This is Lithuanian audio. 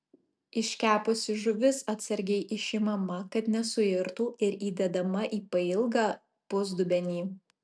iškepusi žuvis atsargiai išimama kad nesuirtų ir įdedama į pailgą pusdubenį